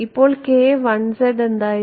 ഇപ്പോൾ എന്തായിരുന്നു